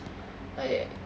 like